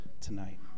tonight